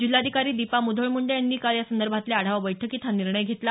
जिल्हाधिकारी दीपा मुधोळ मुंडे यांनी काल यासंदर्भातल्या आढावा बैठकीत हा निर्णय घेतला